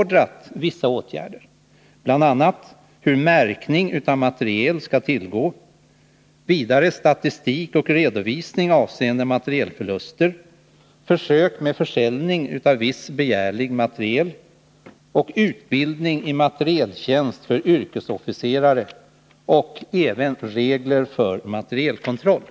Där tas upp frågor om märkning av materiel, statistik och redovisning avseende materielförluster, försök med försäljning av viss begärlig materiel, utbildning i materieltjänst för yrkesofficerare och även regler för materielkontroll.